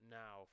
now